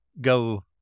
go